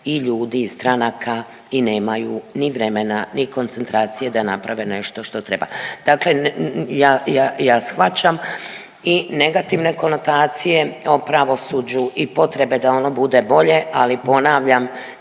i ljudi i stranaka i nemaju ni vremena ni koncentracije da naprave nešto što treba. Dakle, ne, ja, ja, ja shvaćam i negativne konotacije o pravosuđu i potrebe da ono bude bolje, ali ponavljam,